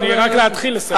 רק להתחיל לסיים.